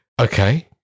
Okay